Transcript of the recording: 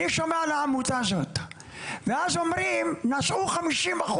אני שומע על העמותה הזאת ואז אומרים נסעו 50%,